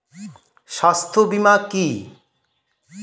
স্বাস্থ্য বীমা কি?